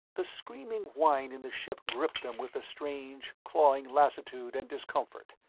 the screaming whine in the ship gripped them with the strange, clawing lassitude and discomfort.